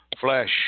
flesh